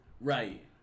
Right